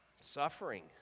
suffering